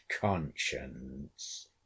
conscience